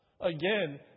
again